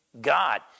God